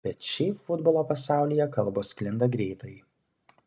bet šiaip futbolo pasaulyje kalbos sklinda greitai